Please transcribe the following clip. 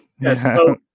Yes